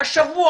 השבוע,